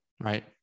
Right